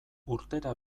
urtera